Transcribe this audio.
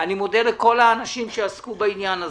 אני מודה לכל האנשים שעסקו בעניין הזה,